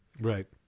Right